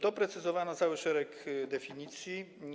Doprecyzowano cały szereg definicji.